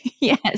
Yes